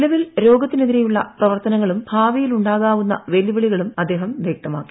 നിലവിൽ രോഗത്തിനെതിരെയുള്ള പ്രവർത്തനങ്ങളും ഭാവിയിലുണ്ടാകാവുന്ന വെല്ലുവിളികളും അദ്ദേഹം വ്യക്തമാക്കി